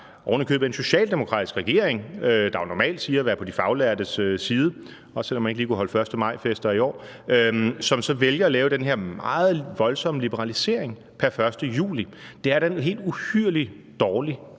ovenikøbet en socialdemokratisk regering, der normalt siger, at man er på de faglærtes side, også selv om man ikke lige kunne holde 1. maj-fester i år – som så vælger at lave den her meget voldsomme liberalisering pr. 1. juli. Det er da en helt uhyrligt dårlig